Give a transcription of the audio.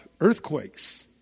earthquakes